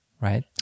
right